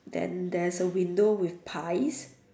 then there's a window with pies